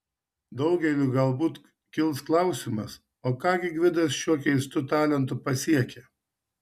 daugeliui galbūt kils klausimas o ką gi gvidas šiuo keistu talentu pasiekė